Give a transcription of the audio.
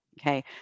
Okay